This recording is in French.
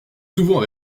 souvent